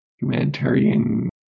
humanitarian